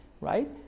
right